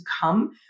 come